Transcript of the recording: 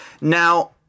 now